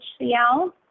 HCl